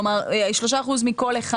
כלומר 3% מכל אחד.